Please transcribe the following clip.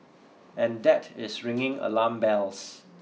and that is ringing alarm bells